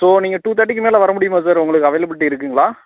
so நீங்கள் two தேட்டிக்கு மேலே வர முடியுமா சார் உங்களுக்கு அவைலபிளிட்டி இருக்குங்களா